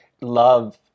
love